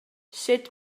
sut